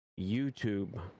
YouTube